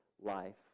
life